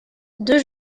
deux